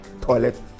Toilet